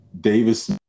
Davis